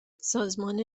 سازمان